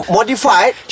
Modified